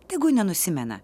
tegu nenusimena